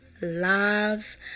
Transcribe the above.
Lives